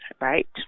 right